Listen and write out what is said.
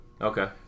Okay